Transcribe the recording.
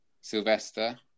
Sylvester